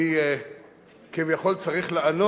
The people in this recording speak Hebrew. ההצעה להסיר